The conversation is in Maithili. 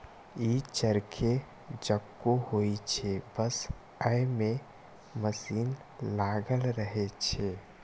ई चरखे जकां होइ छै, बस अय मे मशीन लागल रहै छै